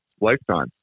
lifetime